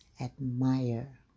Admire